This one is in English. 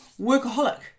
workaholic